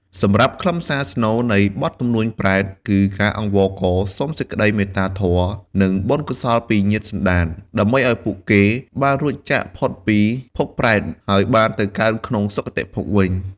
សម្រាប់ខ្លឹមសារស្នូលនៃបទទំនួញប្រេត គឺការអង្វរករសុំសេចក្តីមេត្តាធម៌ និងបុណ្យកុសលពីញាតិសន្តាន ដើម្បីឲ្យពួកគេបានរួចចាកផុតពីភពប្រេត ហើយបានទៅកើតក្នុងសុគតិភពវិញ។